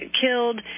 killed